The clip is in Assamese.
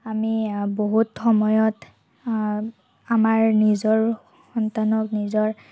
আমি বহুত সময়ত আমাৰ নিজৰো সন্তানক নিজৰ